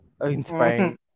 inspiring